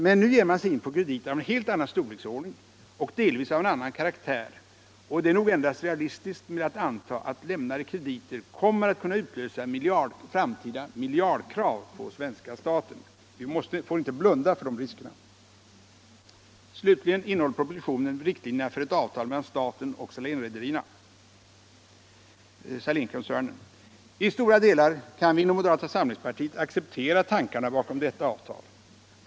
Men nu ger man sig in på krediter av en helt annan storleksordning och delvis av en annan karaktär, och det är nog endast realistiskt att anta att lämnade krediter kommer att kunna utlösa framtida miljardkrav på den svenska staten. Vi får inte blunda för de riskerna. Slutligen innehåller propositionen riktlinjerna för ett avtal mellan staten och Salénkoncernen. I stora delar kan vi inom moderata samlingspartiet acceptera tankarna bakom detta avtal.